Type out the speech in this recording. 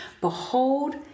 Behold